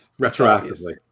retroactively